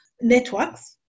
networks